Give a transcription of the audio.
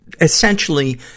Essentially